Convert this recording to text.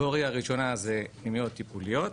הקטגוריה הראשונה זה פנימיות טיפוליות,